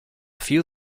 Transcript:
few